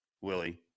Willie